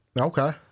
Okay